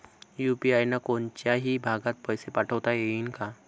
UPI न कोनच्याही भागात पैसे पाठवता येईन का?